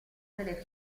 delle